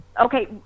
okay